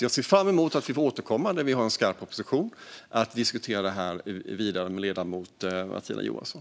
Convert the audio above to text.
Jag ser fram emot att få återkomma när vi har en skarp proposition att diskutera vidare med ledamoten Martina Johansson.